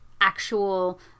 actual